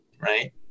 right